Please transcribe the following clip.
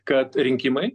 kad rinkimai